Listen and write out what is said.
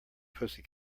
pussy